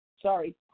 Sorry